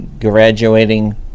graduating